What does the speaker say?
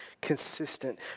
consistent